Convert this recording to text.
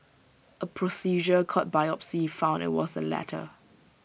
A procedure called biopsy found IT was the latter